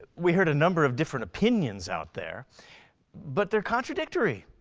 we heard a number of different opinions out there but they're contradictory.